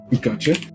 Gotcha